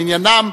למניינם,